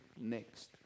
next